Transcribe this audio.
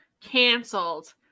Cancelled